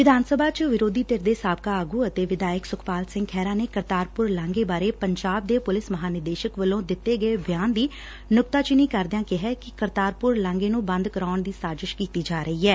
ਵਿਧਾਨ ਸਭਾ ਚ ਵਿਰੋਧੀ ਧਿਰ ਦੇ ਸਾਬਕਾ ਆਗੂ ਅਤੇ ਵਿਧਾਇਕ ਸੁਖਪਾਲ ਸਿੰਘ ਖਹਿਰਾ ਨੇ ਕਰਤਾਰਪੁਰ ਲਾਂਘੇ ਬਾਰੇ ਪੰਜਾਬ ਦੇ ਪੁਲਿਸ ਮਹਾਨਿਦੇਸ਼ਕ ਵੱਲੋਂ ਦਿੱਤੇ ਗਏ ਬਿਆਨ ਦੀ ਨੁਕਤਾਚੀਨੀ ਕਰਦਿਆਂ ਕਿਹੈ ਕਿ ਕਰਤਾਰਪੁਰ ਲਾਂਗੇ ਨੂੰ ਬੰਦ ਕਰਾਉਣ ਦੀ ਸਾਜਿਸ਼ ਕੀਤੀ ਜਾ ਰਹੀ ਐ